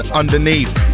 underneath